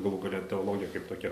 galų gale teologija kaip tokia